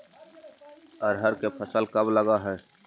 अरहर के फसल कब लग है?